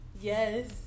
Yes